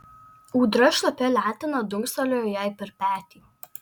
ūdra šlapia letena dunkstelėjo jai per petį